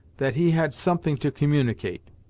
that he had something to communicate.